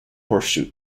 horseshoe